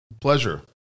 Pleasure